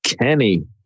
Kenny